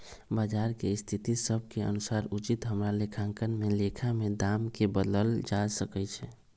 बजार के स्थिति सभ के अनुसार उचित हमरा लेखांकन में लेखा में दाम् के बदलल जा सकइ छै